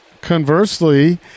conversely